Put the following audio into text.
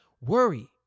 worry